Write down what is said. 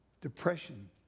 depression